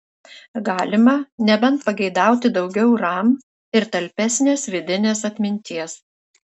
galima nebent pageidauti daugiau ram ir talpesnės vidinės atminties